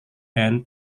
and